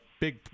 big